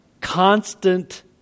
constant